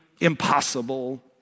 impossible